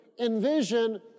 envision